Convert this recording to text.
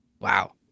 Wow